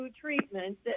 treatment